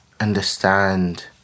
understand